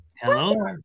Hello